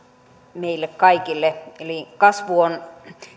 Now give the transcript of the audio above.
meille kaikille eli kasvu on